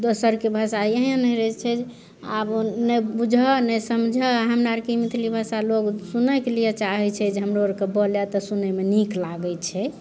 दोसरके भाषा एहन एहन रहै छै जे आब नहि बुझऽ नहि समझऽ हमर आरके मैथिली भाषा लोग सुनैके लिए चाहै छै जे हमरो आरके बोलए तऽ सुनैमे नीक लागै छै